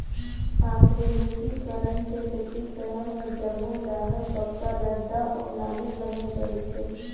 आधुनिकीकरन के सेती सहर म जम्मो डाहर पक्का रद्दा अउ नाली बने रहिथे